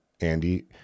Andy